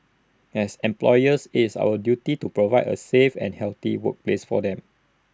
as employers IT is our duty to provide A safe and healthy workplace for them